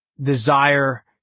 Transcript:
desire